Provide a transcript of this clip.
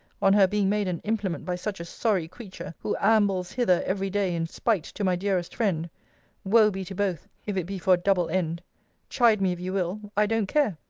on her being made an implement by such a sorry creature, who ambles hither every day in spite to my dearest friend woe be to both, if it be for a double end chide me, if you will i don't care.